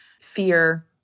fear